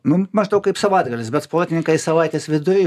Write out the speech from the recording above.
mum maždaug kaip savaitgalis bet sportininkai savaitės vidury